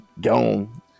gone